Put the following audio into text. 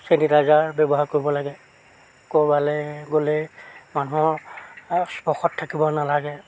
sanitiser ব্যৱহাৰ কৰিব লাগে ক'ৰবালে গ'লে মানুহৰ স্পৰ্শত থাকিব নালাগে